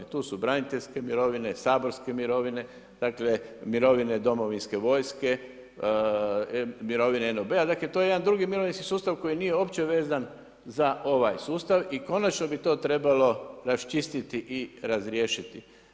Tu su braniteljske mirovine, saborske mirovine, dakle mirovine domovinske vojske, mirovine NOB-a, dakle to je jedan drugi mirovinski sustav koji nije uopće vezan za ovaj sustav i konačno bi to trebalo raščistiti i razriješiti.